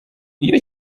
iyo